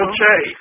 Okay